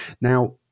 now